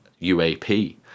uap